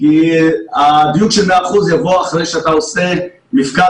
כי הדיוק של 100% יבוא אחרי שאתה עושה מפקד